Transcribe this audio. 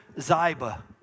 Ziba